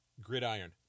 Gridiron